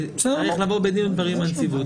צריך לבוא בדין ודברים עם הנציבות.